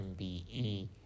MBE